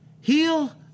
Heal